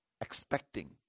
expecting